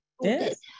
yes